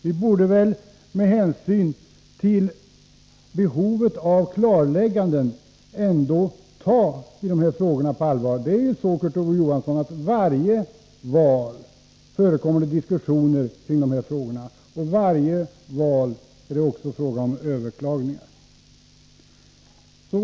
Vi borde väl med hänsyn till behovet av klarlägganden ändå på allvar ta tag i de här frågorna. Vid varje val, Kurt Ove Johansson, förekommer det diskussioner kring dessa frågor, och vid varje val är det också fråga om överklaganden.